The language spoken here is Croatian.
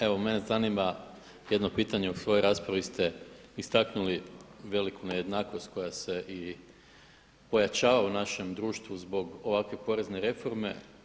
Evo mene zanima jedno pitanje u svojoj raspravi ste istaknuli veliku nejednakost koja se i pojačava u našem društvu zbog ovakve porezne reforme.